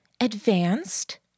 Advanced